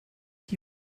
qui